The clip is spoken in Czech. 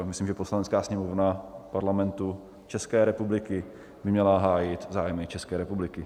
Myslím, že Poslanecká sněmovna Parlamentu České republiky by měla hájit zájmy České republiky.